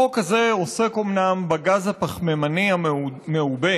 החוק הזה עוסק אומנם בגז הפחמימני המעובה,